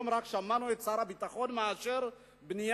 רק היום שמענו את שר הביטחון מאשר בניית